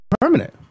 permanent